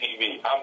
TV